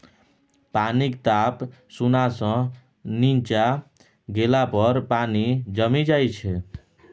पानिक ताप शुन्ना सँ नीच्चाँ गेला पर पानि जमि जाइ छै